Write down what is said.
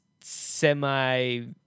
semi